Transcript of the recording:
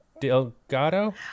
Delgado